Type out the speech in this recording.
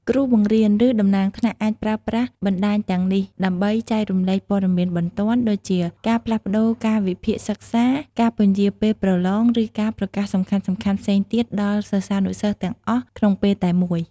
គ្រូបង្រៀន ឬតំណាងថ្នាក់អាចប្រើប្រាស់បណ្តាញទាំងនេះដើម្បី ចែកចាយព័ត៌មានបន្ទាន់ ដូចជាការផ្លាស់ប្តូរកាលវិភាគសិក្សា ការពន្យារពេលប្រឡង ឬការប្រកាសសំខាន់ៗផ្សេងទៀតដល់សិស្សានុសិស្សទាំងអស់ក្នុងពេលតែមួយ។